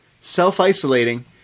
self-isolating